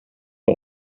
bei